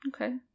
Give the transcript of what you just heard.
Okay